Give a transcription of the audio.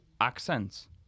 accents